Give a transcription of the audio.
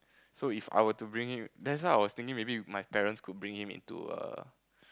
so If I were to bring him that's why I was thinking maybe if my parents could bring him into a